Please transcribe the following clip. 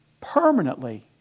permanently